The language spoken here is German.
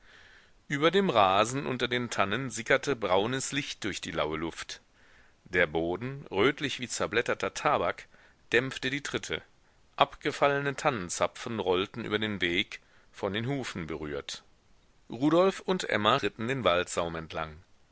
über dem rasen unter den tannen sickerte braunes licht durch die laue luft der boden rötlich wie zerblätterter tabak dämpfte die tritte abgefallene tannenzapfen rollten über den weg von den hufen berührt rudolf und emma ritten den waldsaum entlang